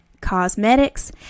cosmetics